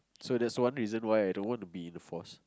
so that's one reason why I don't want to be in the force